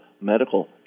medical